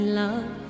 love